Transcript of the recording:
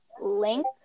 link